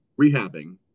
rehabbing